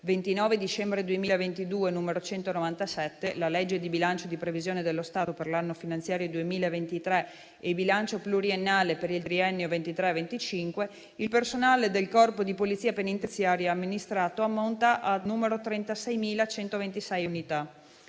29 dicembre 2022, n. 197 - la legge di bilancio di previsione dello Stato per l'anno finanziario 2023 e bilancio pluriennale per il triennio 2023-2025 - il personale del Corpo di polizia penitenziaria amministrato ammonti a 36.126 unità.